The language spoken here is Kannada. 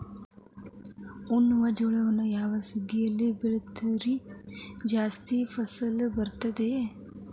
ಉಣ್ಣುವ ಜೋಳವನ್ನು ಯಾವ ಸುಗ್ಗಿಯಲ್ಲಿ ಬಿತ್ತಿದರೆ ಜಾಸ್ತಿ ಫಸಲು ಬರುತ್ತದೆ?